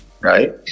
right